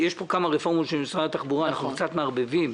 יש פה כמה רפורמות של משרד התחבורה ואנחנו קצת מערבבים.